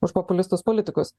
už populistus politikus